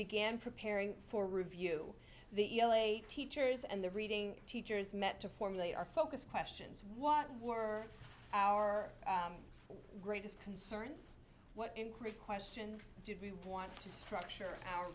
began preparing for review the l a teachers and the reading teachers met to formulate our focus questions what were our greatest concerns what increased questions did we want to structure our